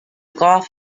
golf